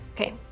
Okay